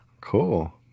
Cool